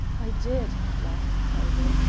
i did, laughed talbot.